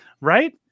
right